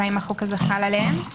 והאם החוק הזה חל עליהן.